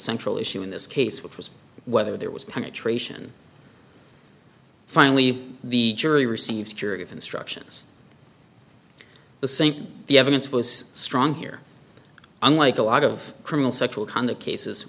central issue in this case which was whether there was penetration finally the jury received curative instructions the same the evidence was strong here unlike a lot of criminal sexual conduct cases